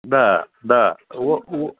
न न उहो उहो